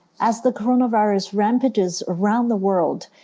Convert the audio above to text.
as the coronavirus rampages around the world,